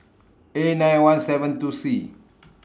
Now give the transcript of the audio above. A nine one seven two C